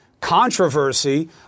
controversy